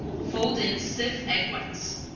fold in stiff egg whites.